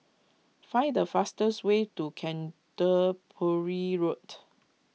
find the fastest way to Canterbury Road